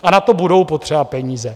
A na to budou potřeba peníze.